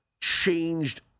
changed